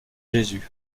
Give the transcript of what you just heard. jésus